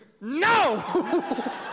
No